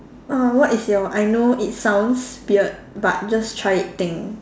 uh what is your I know it sounds weird but just try it thing